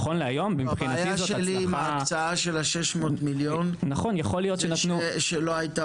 הבעיה שלי עם ההקצאה של ה-600 מיליון זה שלא הייתה